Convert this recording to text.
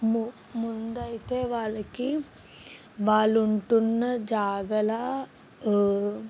ము ముందైతే వాళ్ళకి వాళ్ళు ఉంటున్న జాగలో